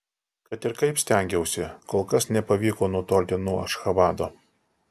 kad ir kaip stengiausi kol kas nepavyko nutolti nuo ašchabado